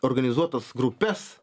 organizuotas grupes